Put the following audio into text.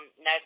No